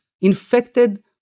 infected